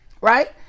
Right